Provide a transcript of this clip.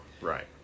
right